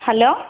hello